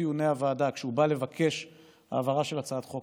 בדיוני הוועדה כשהוא בא לבקש העברה של הצעת חוק,